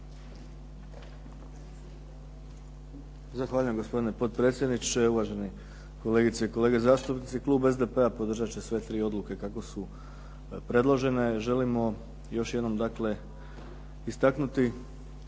Zahvaljujem gospodine potpredsjedniče. Kolegice i kolege zastupnici. Klub SDP-a podržat će sve tri odluke kako su predložene. Želimo još jednom istaknuti,